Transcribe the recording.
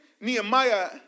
Nehemiah